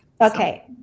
Okay